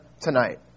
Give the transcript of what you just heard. tonight